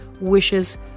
wishes